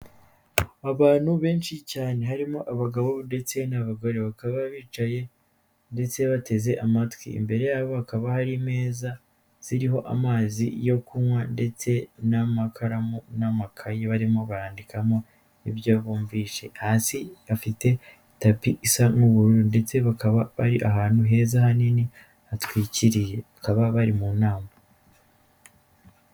Abantu benshi cyane harimo abagabo ndetse n'abagore, bakaba bicaye ndetse bateze amatwi, imbere yabo hakaba hari imeza ziriho amazi yo kunywa ndetse n'amakaramu n'amakayi barimo barandikamo ibyo bumvishe, hasi hafite tapi isa nk'ubururu ndetse bakaba bari ahantu heza hanini hatwikiriye bakaba bari mu nama.